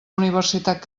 universitat